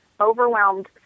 overwhelmed